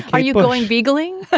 are you going regling?